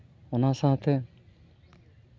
ᱚᱱᱟ ᱥᱟᱶᱛᱮ